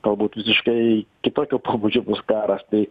galbūt visiškai kitokio pobūdžio bus karas tai